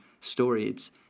stories